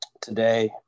today